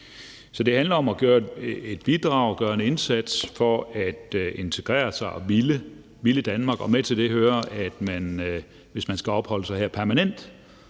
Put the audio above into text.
Så det handler om at bidrage, gøre en indsats for at integrere sig og ville Danmark, og med til det hører, at vi, hvis man skal opholde sig her permanent,